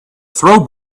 throw